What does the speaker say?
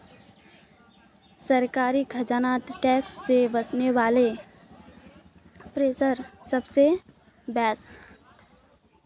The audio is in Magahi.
सरकारी खजानात टैक्स से वस्ने वला पैसार हिस्सा सबसे बेसि